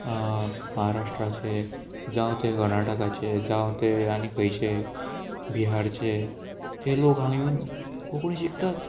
महाराष्ट्राचे जावं ते कर्नाटकाचे जावं ते आनी खंयचे बिहारचे ते लोक हांगा येवन कोंकणी शिकतात